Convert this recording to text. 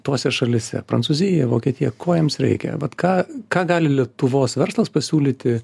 tose šalyse prancūzija vokietija ko jiems reikia vat ką ką gali lietuvos verslas pasiūlyti